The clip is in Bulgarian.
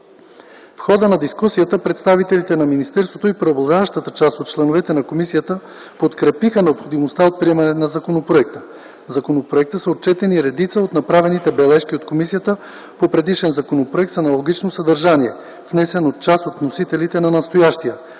В хода на дискусията представителите на министерството и преобладаващата част от членовете на комисията подкрепиха необходимостта от приемане на законопроекта. В законопроекта са отчетени редица от направените бележки от комисията по предишен законопроект с аналогично съдържание, внесен от част от вносителите на настоящия,